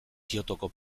kyotoko